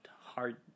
hard